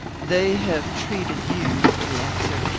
they have treated you, he answered,